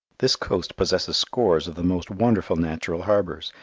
this coast possesses scores of the most wonderful natural harbours,